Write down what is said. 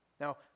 Now